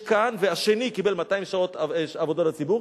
והשני קיבל 200 שעות עבודה לתועלת הציבור.